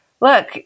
look